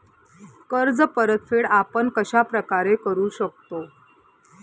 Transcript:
कर्ज परतफेड आपण कश्या प्रकारे करु शकतो?